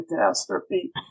catastrophe